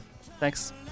Thanks